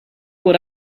what